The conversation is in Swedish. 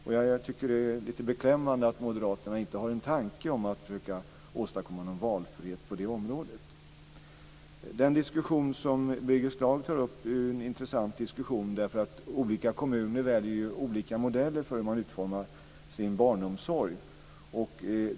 Jag tycker att det är lite beklämmande att Moderaterna inte har någon tanke om att försöka åstadkomma valfrihet på det området. Den diskussion som Birger Schlaug tar upp är intressant. Olika kommuner väljer ju olika modeller för utformningen av barnomsorgen.